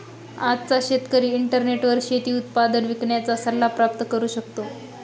आजचा शेतकरी इंटरनेटवर शेती उत्पादन विकण्याचा सल्ला प्राप्त करू शकतो